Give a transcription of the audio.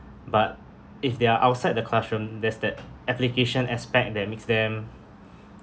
but if they're outside the classroom there's that application aspect that makes them